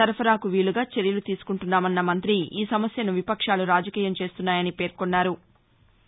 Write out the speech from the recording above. సరఫరాకు వీలుగా చర్యలు తీసుకుంటున్నామన్న మంత్రి ఈ సమస్యను విపక్షాలు రాజకీయం చేస్తున్నాయన్నారు